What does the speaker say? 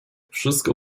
wszystko